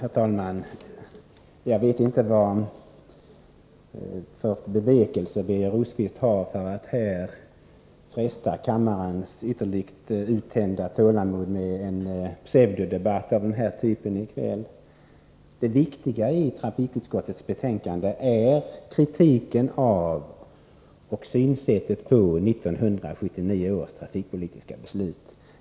Herr talman! Jag vet inte vilka bevekelsegrunder Birger Rosqvist har för att här fresta kammarens ytterligt uttänjda tålamod med en pseudodebatt av denna typ i kväll. Det viktiga i trafikutskottets betänkande är kritiken av och synsättet på 1979 års trafikpolitiska beslut.